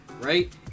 right